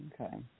Okay